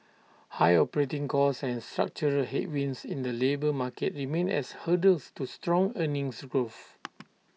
high operating costs and structural headwinds in the labour market remain as hurdles to strong earnings growth